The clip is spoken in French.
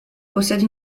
possède